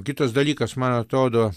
kitas dalykas man atrodo